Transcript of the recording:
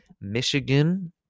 Michigan